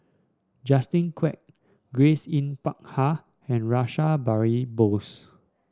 Justin Quek Grace Yin Peck Ha and Rash Behari Bose